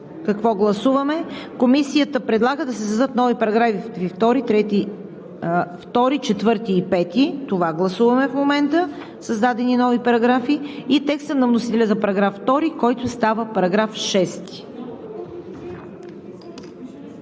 какво гласуваме. Комисията предлага да се създадат нови параграфи 2, 4 и 5 – това гласуваме в момента: създадени нови параграфи и текста на вносителя за § 2, който става § 6.